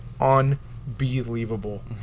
unbelievable